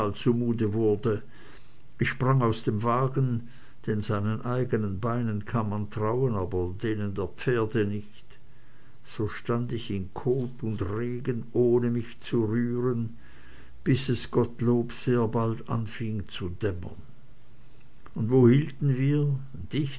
wurde ich sprang aus dem wagen denn seinen eigenen beinen kann man trauen aber denen der pferde nicht so stand ich in kot und regen ohne mich zu rühren bis es gottlob sehr bald anfing zu dämmern und wo hielten wir